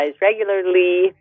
regularly